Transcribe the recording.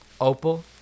opal